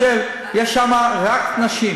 דיברתי על --- אני שואל: יש שם רק נשים.